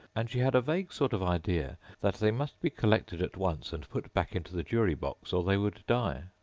and she had a vague sort of idea that they must be collected at once and put back into the jury-box, or they would die.